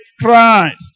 Christ